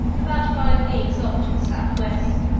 about five leagues off to the south-west.